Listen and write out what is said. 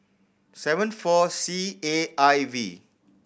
seven four C A I V